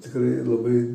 tikrai labai